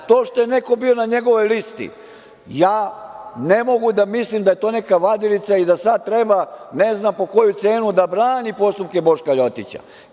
To što je neko bio na njegovoj listi, ja ne mogu da mislim da je to neka vadilica i da sad treba ne znam po koju cenu da brani postupke Boška Ljotića.